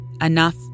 enough